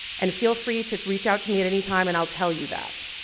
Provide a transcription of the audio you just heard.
and feel free to reach out to be at anytime and i'll tell you that.